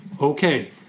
Okay